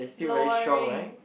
lowering